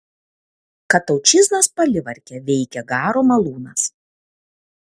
kataučiznos palivarke veikė garo malūnas